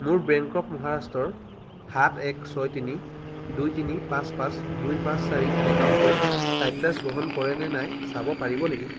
মোৰ bank of মহাৰাষ্ট্ৰৰ সাত এক ছয় তিনি দুই তিনি পাঁচ পাঁচ দুই পাঁচ চাৰি একাউণ্টটোৱে চাইট্ৰাছ গ্ৰহণ কৰে নে নাই চাব পাৰিব নেকি